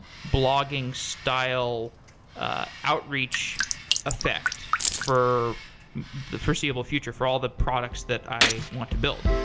blogging style ah outreach effect for the foreseeable future for all the products that i want to build